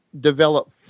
develop